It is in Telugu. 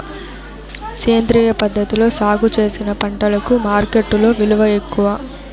సేంద్రియ పద్ధతిలో సాగు చేసిన పంటలకు మార్కెట్టులో విలువ ఎక్కువ